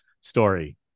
story